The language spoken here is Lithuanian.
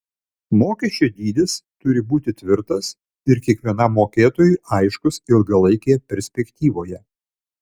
mokesčio dydis turi būti tvirtas ir kiekvienam mokėtojui aiškus ilgalaikėje perspektyvoje